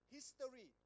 history